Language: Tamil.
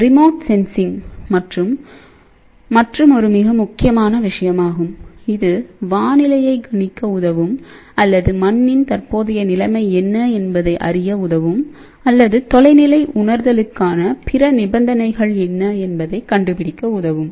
ரிமோட்சென்சிங் மற்றும் ஒரு மிக முக்கியமான விஷயமாகும்இது வானிலையை கணிக்க உதவும் அல்லது மண்ணின் தற்போதைய நிலைமை என்ன என்பதை அறிய உதவும் அல்லது தொலைநிலை உணர்தலுக்கான பிற நிபந்தனைகள் என்ன என்பதை கண்டுபிடிக்க உதவும்